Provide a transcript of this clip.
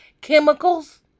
chemicals